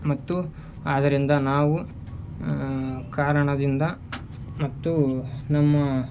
ಮತ್ತು ಆದ್ದರಿಂದ ನಾವು ಕಾರಣದಿಂದ ಮತ್ತು ನಮ್ಮ